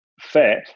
fat